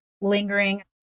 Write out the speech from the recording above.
lingering